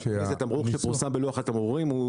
זה תמרור שפורסם בלוח התמרורים.